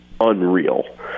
Unreal